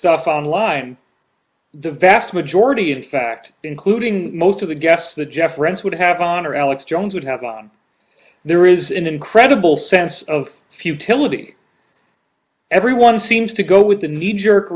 stuff online the vast majority of fact including most of the guests the jeff rense would have on or alex jones would have on there is an incredible sense of futility everyone seems to go with the knee jerk